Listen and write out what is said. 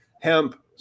hemp